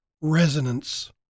resonance